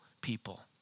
people